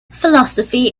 philosophy